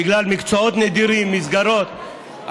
בגלל מקצועות נדירים, מסגרות.